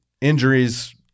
Injuries